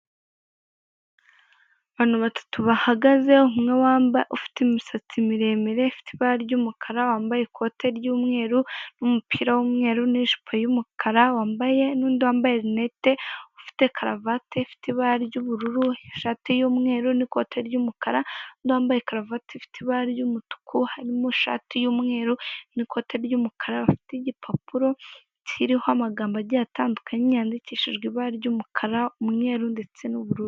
Abantu batatu bahagaze umwe ufite imisatsi miremire, ifite ibabara ry'umukara, wambaye ikote ry'umweru n'umupira w'umweru n'jipo y'umukara, n'undi wambaye rinete ufite karuvati ifite ibara ry'ubururu ishati y'umweru n'ikoti ry'umukara n'undi wambaye karuvati ifite ibara ry'umutuku harimo ishati y'umweru n'ikoti ry'umukara bafite igipapuro kiriho amagambo agiye atandukanye yandikishijwe ibara ry'umukara, umweru ndetse n'ubururu.